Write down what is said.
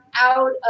out